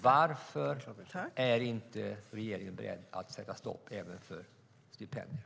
Varför är inte regeringen beredd att sätta stopp även för stipendier?